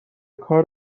کار